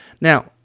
Now